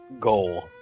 goal